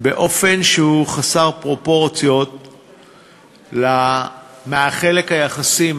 באופן שהוא חסר פרופורציות לעומת החלק היחסי,